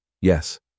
Yes